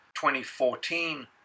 2014